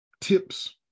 tips